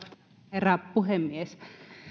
herra puhemies